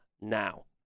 now